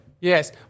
Yes